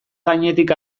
gainetik